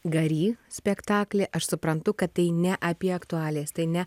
garį spektaklį aš suprantu kad tai ne apie aktualijas tai ne